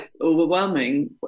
overwhelming